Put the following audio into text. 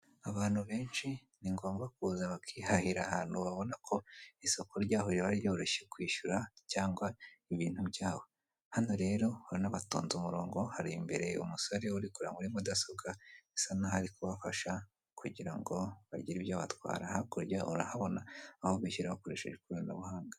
Abantu benshi ni ngombwa kuza bakihahira ahantu babona ko isoko ryabo riba ryoroshye kwishyura cyangwa ibintu byabo, hano rero urabona batonze umurongo hari imbere umusore uri kureba muri mudasobwa bisa naho ari kubafasha kugira ngo bagire ibyo batwara, hakurya urahabona aho kwishyura bakoresheje ikoranabuhanga.